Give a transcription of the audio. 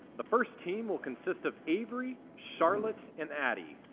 the first team will consist of avery, charlotte, and addy.